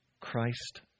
Christ